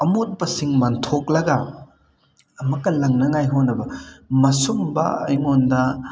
ꯑꯃꯣꯠꯄꯁꯤꯡ ꯃꯟꯊꯣꯛꯂꯒ ꯑꯃꯨꯛꯀ ꯂꯪꯅꯉꯥꯏ ꯍꯣꯠꯅꯕ ꯃꯁꯨꯝꯕ ꯑꯩꯉꯣꯟꯗ